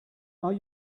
are